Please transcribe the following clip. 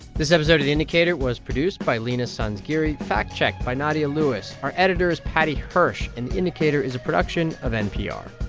this episode of the indicator was produced by leena sanzgiri, fact-checked by nadia lewis. our editor is paddy hirsch. and the indicator is a production of npr